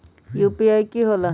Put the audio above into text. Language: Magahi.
यू.पी.आई कि होला?